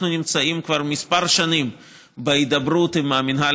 אנחנו נמצאים כבר כמה שנים בהידברות עם המינהל